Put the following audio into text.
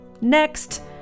Next